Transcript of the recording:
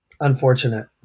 unfortunate